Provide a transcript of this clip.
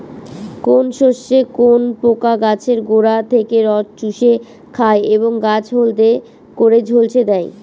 কোন শস্যে কোন পোকা গাছের গোড়া থেকে রস চুষে খায় এবং গাছ হলদে করে ঝলসে দেয়?